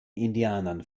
indianern